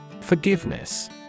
Forgiveness